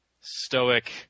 stoic